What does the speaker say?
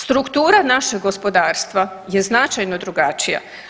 Struktura našeg gospodarstva je značajno drugačija.